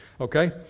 okay